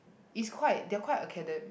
is quite they are quite acade~